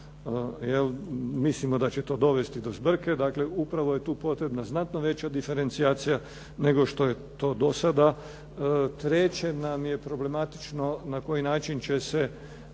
Mislimo da će to dovesti do zbrke, dakle upravo je tu potrebna znatno veća diferencijacija, nego što je to do sada. Treće nam je problematično na koji način će se